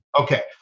Okay